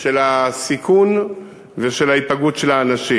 של הסיכון ושל ההיפגעות של האנשים.